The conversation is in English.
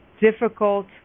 difficult